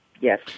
Yes